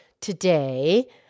today